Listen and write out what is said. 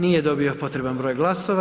Nije dobio potreban broj glasova.